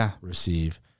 receive